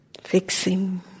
fixing